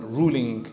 ruling